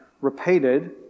repeated